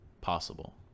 possible